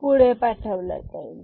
पुढे पाठवला जाईल